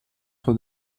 for